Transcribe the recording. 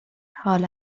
حال